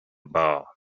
bar